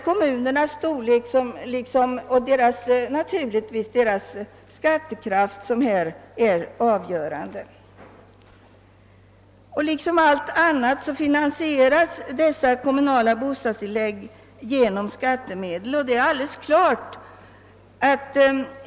Kommunernas storlek och naturligtvis deras skattekraft är avgörande härvidlag. Liksom allt annat finansieras dessa kommunala bostadstillägg med skattemedel.